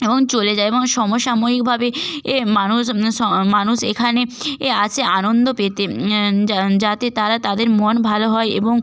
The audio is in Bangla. এবং চলে যায় এবং সমসাময়িকভাবে এ মানুষ মানুষ এখানে এ আসে আনন্দ পেতে যা যাতে তারা তাদের মন ভালো হয় এবং